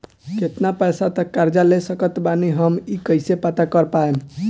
केतना पैसा तक कर्जा ले सकत बानी हम ई कइसे पता कर पाएम?